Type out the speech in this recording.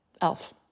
elf